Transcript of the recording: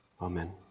Amen